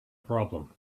problem